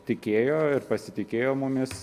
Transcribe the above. tikėjo ir pasitikėjo mumis